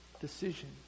decision